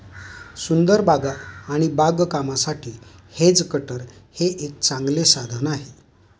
सुंदर बागा आणि बागकामासाठी हेज कटर हे एक चांगले साधन आहे